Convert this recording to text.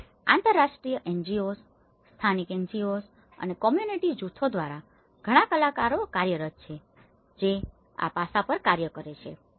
સરકાર આંતરરાષ્ટ્રીય NGOs સ્થાનિક NGOs અને કોમ્યુનીટી જૂથો દ્વારા ઘણાં કલાકારો કાર્યરત છે જે આ પાસાઓ પર કાર્ય કરે છે